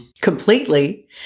completely